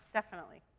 definitely.